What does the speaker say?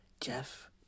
Jeff